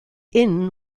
inn